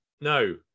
no